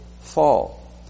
fall